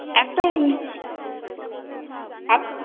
একটা